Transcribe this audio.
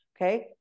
Okay